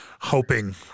hoping